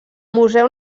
museu